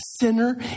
sinner